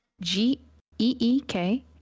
G-E-E-K